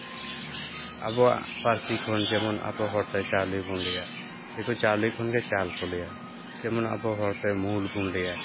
ᱟᱵᱚᱣᱟᱜ ᱯᱟᱹᱨᱥᱤ ᱠᱷᱚᱱ ᱡᱮᱢᱚᱱ ᱟᱵᱚ ᱦᱚᱲᱛᱮ ᱪᱟᱣᱞᱮ ᱵᱚᱱ ᱞᱟᱹᱭᱟ ᱫᱤᱠᱩ ᱪᱟᱣᱞᱮ ᱠᱷᱚᱱᱜᱮ ᱪᱟᱞ ᱠᱚ ᱞᱟᱹᱭᱟ ᱡᱮᱢᱚᱱ ᱟᱵᱚ ᱦᱚᱲᱛᱮ ᱢᱩᱦᱩᱞ ᱵᱚᱱ ᱞᱟᱹᱭᱟ